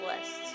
lists